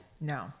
No